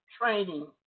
training